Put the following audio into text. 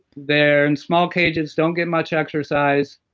they're in small cages, don't get much exercise,